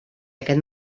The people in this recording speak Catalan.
aquest